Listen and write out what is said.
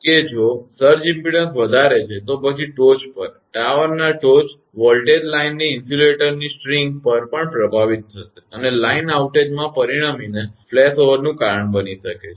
કે જો surge impedance વધારે છે તો પછી ટોચ પર ટાવરનાં ટોચ વોલ્ટેજ લાઇનની ઇન્સ્યુલેટર સ્ટ્રિંગ પર પણ પ્રભાવિત થશે અને લાઇન આઉટેજમાં પરિણમીને ફ્લેશઓવરનું કારણ બની શકે છે